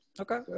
Okay